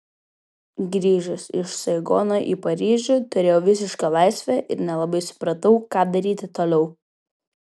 grįžęs iš saigono į paryžių turėjau visišką laisvę ir nelabai supratau ką daryti toliau